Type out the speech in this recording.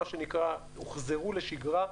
מה שנקרא הוחזרו לשגרה.